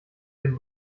den